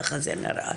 לא,